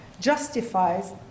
justifies